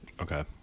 Okay